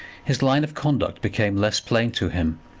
his line of conduct became less plain to him,